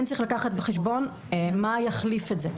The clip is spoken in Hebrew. כן צריך לקחת בחשבון מה יחליף את זה.